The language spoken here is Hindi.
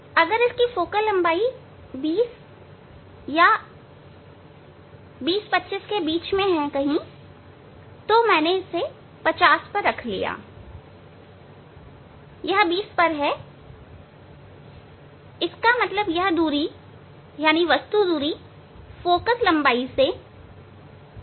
अगर इस एक की फोकल लंबाई 20 या 20 25 के बीच है तो मैंने इसे 50 पर रखा है यह 20 पर है इसका मतलब है कि यह दूरी वस्तु की दूरी फोकल लंबाई से 30 अधिक है